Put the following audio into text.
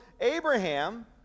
Abraham